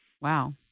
Wow